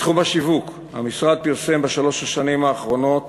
בתחום השיווק, המשרד פרסם בשלוש השנים האחרונות